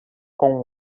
com